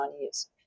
years